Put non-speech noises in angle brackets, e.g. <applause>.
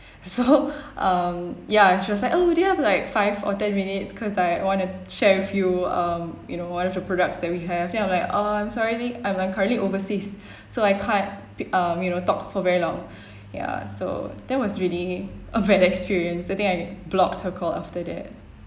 so <laughs> um ya she was like oh do you have like five or ten minutes cause like I wanna share with you um you know one of the products that we have then I'm like um sorry li~ I'm currently overseas so I can't pi~ um you know talk for very long ya so that was really a bad <laughs> experience I think I blocked her call after that